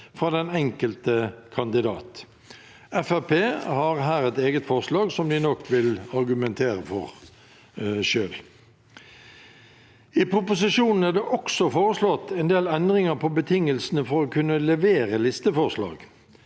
fra den enkelte kandidat. Fremskrittspartiet har her et eget forslag, som de nok vil argumentere for selv. I proposisjonen er det også foreslått en del endringer i betingelsene for å kunne levere listeforslag.